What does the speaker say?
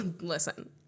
Listen